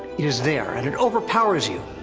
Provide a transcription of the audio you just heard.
it is there. and it overpowers you!